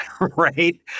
right